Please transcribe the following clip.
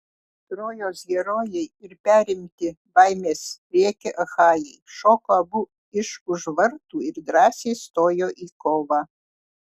trojos herojai ir perimti baimės rėkia achajai šoko abu iš už vartų ir drąsiai stojo į kovą